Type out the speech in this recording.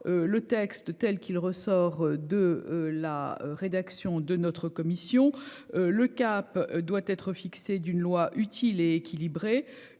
le texte tel qu'il ressort de la rédaction de notre commission. Le cap doit être fixé d'une loi utile et équilibrée.